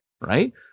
right